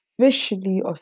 officially